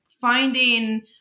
finding